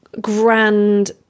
grand